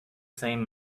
same